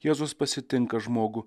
jėzus pasitinka žmogų